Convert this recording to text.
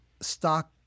stock